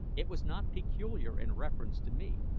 it was not peculiar in reference to me.